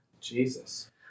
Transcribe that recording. Jesus